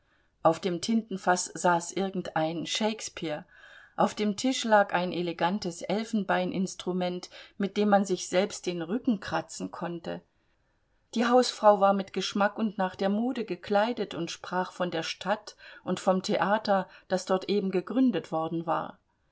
auf dem tintenfaß saß irgendein shakespeare auf dem tische lag ein elegantes elfenbeininstrument mit dem man sich selbst den rücken kratzen konnte die hausfrau war mit geschmack und nach der mode gekleidet und sprach von der stadt und vom theater das dort eben gegründet worden war